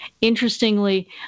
interestingly